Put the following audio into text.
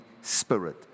Spirit